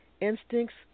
Instincts